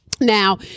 Now